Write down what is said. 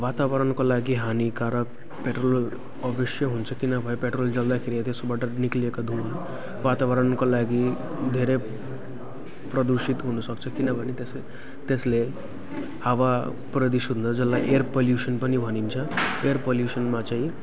वातावरणको लागि हानिकारक पेट्रोल अवश्य हुन्छ किनभने पेट्रोल जल्दाखेरि हो त्यसकोबाट निक्लिएको धुँवा वातावरणको लागि धेरै प्रदूषित हुन सक्छ किनभने त्यस त्यसले हावा प्रदूषित हुन्छ जसलाई एयर पोलुसन पनि भनिन्छ एयर पोलुसनमा चाहिँ